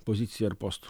pozicija ar postu